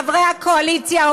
חברי הקואליציה,